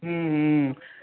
हँ हँ